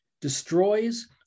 destroys